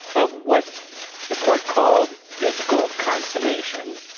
of what the court called physical consummation,